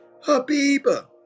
Habiba